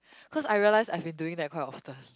cause I realise I've been doing that quite often